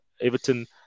Everton